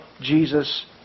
Jesus